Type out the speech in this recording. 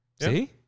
See